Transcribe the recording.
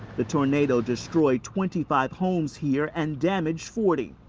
the tornado destroyed twenty five homes here and damaged forty.